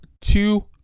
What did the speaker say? two